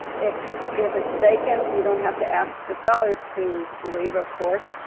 if if it's vacant, you don't have to ask the sellers to leave, of course.